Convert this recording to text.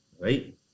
right